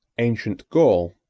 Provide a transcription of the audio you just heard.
ancient gaul,